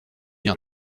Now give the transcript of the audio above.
bien